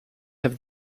have